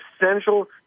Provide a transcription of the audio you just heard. essential